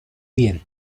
bien